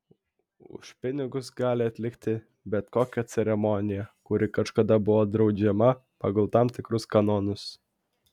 už pinigus gali atlikti bet kokią ceremoniją kuri kažkada buvo draudžiama pagal tam tikrus kanonus